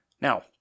Now